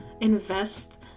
invest